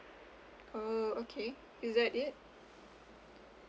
oh okay is that it